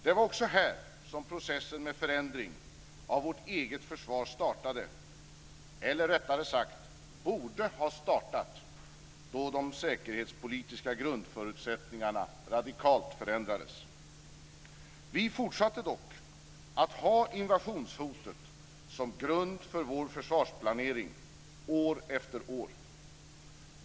Det var också här som processen med förändring av vårt eget försvar startade, eller rättare sagt borde ha startat, då de säkerhetspolitiska grundförutsättningarna radikalt förändrades. Vi fortsatte dock att ha invasionshotet som grund för vår försvarsplanering år efter år.